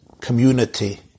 community